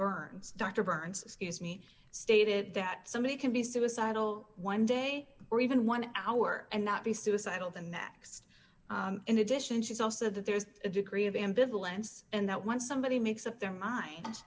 burns dr burns excuse me stated that somebody can be suicidal one day or even one hour and not be suicidal the next in addition she's also that there is a degree of ambivalence and that once somebody makes up their mind